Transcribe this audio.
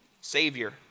savior